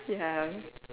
ya